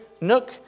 nook